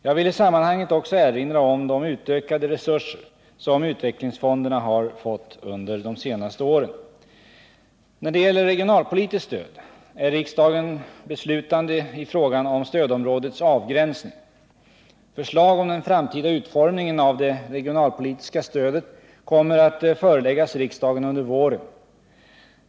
Jag vill i sammanhanget också erinra om de utökade resurser som utvecklingsfonderna har fått under de senaste åren. När det gäller regionalpolitiskt stöd är riksdagen beslutande i fråga om stödområdets avgränsning. Förslag om den framtida utformningen av det regionalpolitiska stödet kommer att föreläggas riksdagen under våren.